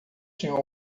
tinham